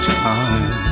time